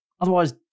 Otherwise